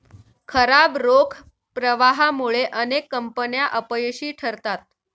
खराब रोख प्रवाहामुळे अनेक कंपन्या अपयशी ठरतात